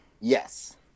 Yes